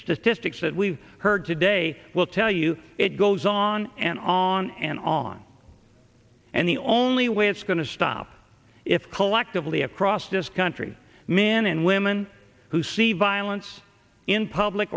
statistics that we heard today will tell you it goes on and on and on and the only way it's going to stop if collectively across this country men and women who see violence in public